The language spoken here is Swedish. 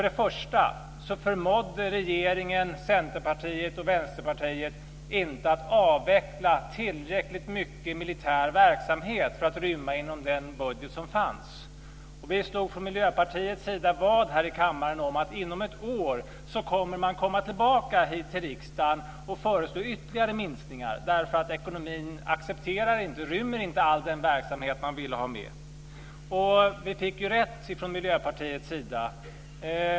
Det första felet var att regeringen, Centerpartiet och Vänsterpartiet inte förmådde att avveckla tillräckligt mycket militär verksamhet för att detta skulle rymmas inom den budget som fanns. Vi från Miljöpartiets sida slog vad här i kammaren om att man inom ett år skulle komma tillbaka till riksdagen och föreslå ytterligare minskningar, då ekonomin inte rymde all den verksamhet man ville ha med. Vi fick också rätt.